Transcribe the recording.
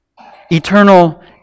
Eternal